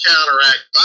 Counteract